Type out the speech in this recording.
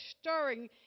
stirring